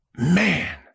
Man